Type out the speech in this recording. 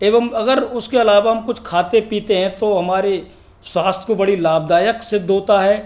एवं अगर उसके अलावा हम कुछ खाते पीते हैं तो हमारे स्वास्थ्य को बड़ी लाभदायक सिद्ध होता है